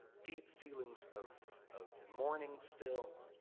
deep feelings of of mourning still.